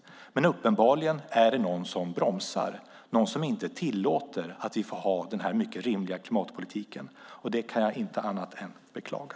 Men uppenbarligen är det någon som bromsar, någon som inte tillåter att vi får ha den mycket rimliga klimatpolitiken. Det kan jag inte annat än beklaga.